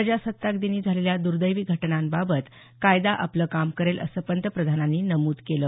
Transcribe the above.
प्रजासत्ताक दिनी झालेल्या दुर्दैवी घटनांबाबत कायदा आपलं काम करेल असं पंतप्रधानांनी नमूद केलं